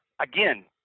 again